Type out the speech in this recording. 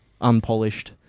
unpolished